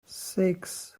six